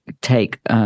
take